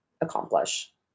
accomplish